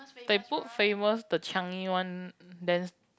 they put famous the Changi one then